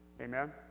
Amen